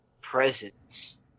presence